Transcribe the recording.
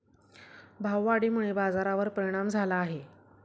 भाववाढीमुळे बाजारावर परिणाम झाला आहे